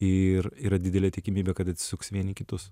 ir yra didelė tikimybė kad atsisuks vieni į kitus